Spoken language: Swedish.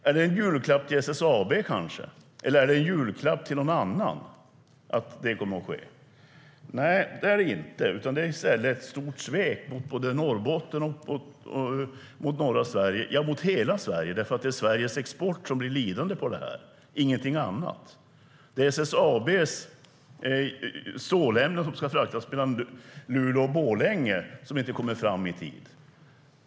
Är det en julklapp till SSAB kanske? Eller är det en julklapp till någon annan att det kommer att ske? Nej, det är det inte. Det är i stället ett stort svek mot både Norrbotten och norra Sverige. Det är ett svek mot hela Sverige, eftersom Sveriges export blir lidande av det här. Det är SSAB:s stålämnen som ska fraktas mellan Luleå och Borlänge som inte kommer fram i tid.